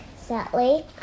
Sally